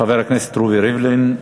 חבר הכנסת רובי ריבלין.